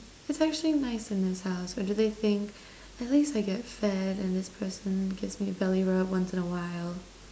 it's actually nice in this house or do they think at least I get fed and this person gives me belly rub once in a while